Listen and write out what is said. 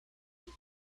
blue